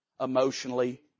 emotionally